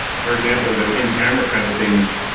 for example, the in-camera kind of things,